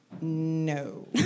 No